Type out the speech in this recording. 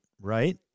right